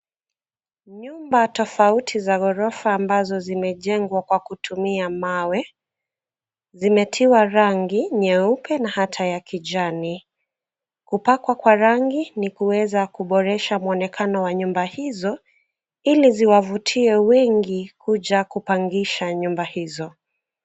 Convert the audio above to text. Nyumba tofauti za ghorofa ambazo zimejengwa kwa kutumia mawe, zimetiwa rangi nyeupe na hata ya kijani. Kupakwa kwa rangi ni kuweza kuboresha muonekano wa nyumba hizo ili ziwavutie wengi kuja kupangisha nyumba hizo.